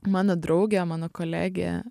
mano draugė mano kolegė